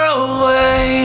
away